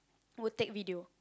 would take video